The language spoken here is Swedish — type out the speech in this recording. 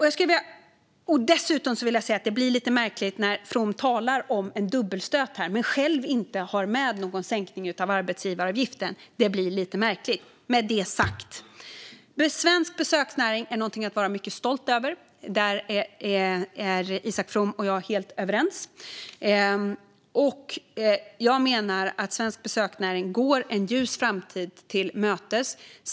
Jag vill dessutom säga att det blir lite märkligt när From talar om en dubbelstöt men själv inte har med någon sänkning av arbetsgivaravgiften. Svensk besöksnäring är något att vara mycket stolt över. Där är Isak From och jag helt överens. Svensk besöksnäring går en ljus framtid till mötes.